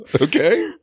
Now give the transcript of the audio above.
Okay